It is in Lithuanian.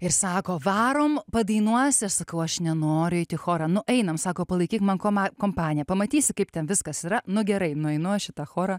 ir sako varome padainuosi aš sakau aš nenoriu eit į chorą nu einam sako palaikyk man kuma kompaniją pamatysi kaip ten viskas yra nu gerai nueinu aš į tą chorą